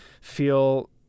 feel